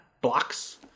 blocks